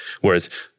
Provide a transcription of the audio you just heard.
Whereas